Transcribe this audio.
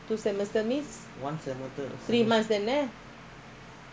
two semester means three months தான:thaan